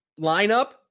lineup